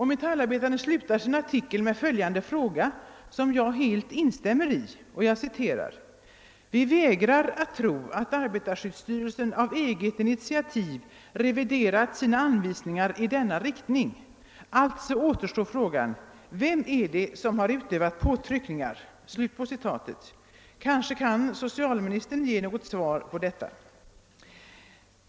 Metallarbetaren slutar sin artikel med följande fråga, som jag helt instämmer i: »Vi vägrar att tro att arbetarskyddsstyrelsen av eget initiativ reviderat sina anvisningar i denna riktning. Alltså återstår frågan: Vem är det som har utövat påtryckning?« Kanske kan socialministern ge något besked om detta.